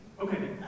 Okay